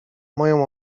moją